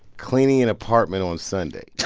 cleaning an apartment on sunday